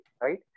right